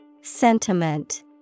Sentiment